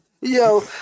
Yo